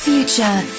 Future